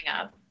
up